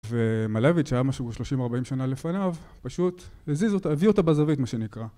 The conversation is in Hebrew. ומלביץ, שהיה משהו ב-30-40 שנה לפניו, פשוט הזיז אותה, הביא אותה בזווית, מה שנקרא.